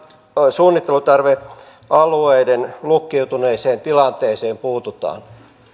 suunnittelutarvealueiden lukkiutuneeseen tilanteeseen puututaan